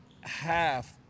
half